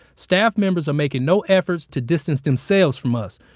staff members are making no efforts to distance themselves from us.